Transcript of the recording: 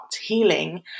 healing